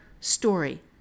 story